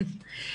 נעים מאוד.